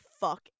fuck